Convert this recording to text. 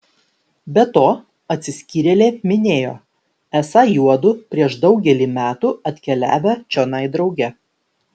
be to atsiskyrėlė minėjo esą juodu prieš daugelį metų atkeliavę čionai drauge